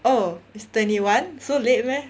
oh it's twenty one so late meh